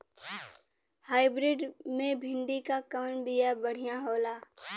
Hybrid मे भिंडी क कवन बिया बढ़ियां होला?